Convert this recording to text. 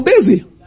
busy